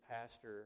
pastor